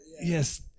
Yes